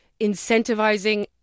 incentivizing